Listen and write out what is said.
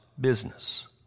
business